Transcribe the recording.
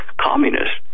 communists